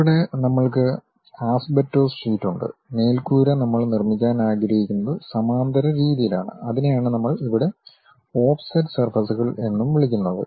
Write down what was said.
ഇവിടെ നമ്മൾക്ക് asbestos sheet ഉണ്ട് മേൽക്കൂര നമ്മൾ നിർമ്മിക്കാൻ ആഗ്രഹിക്കുന്നത് സമാന്തര രീതിയിലാണ് അതിനെയാണ് നമ്മൾ ഇവിടെ ഓഫ്സെറ്റ് സർഫസ്കൾ എന്നും വിളിക്കുന്നത്